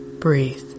breathe